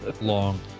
long